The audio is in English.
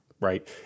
right